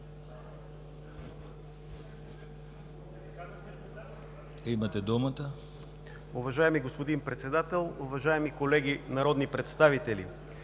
Имате думата